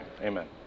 Amen